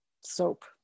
soap